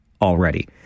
already